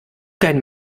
kein